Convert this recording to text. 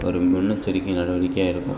ஒரு முன்னெச்சரிக்கை நடவடிக்கையாக இருக்கும்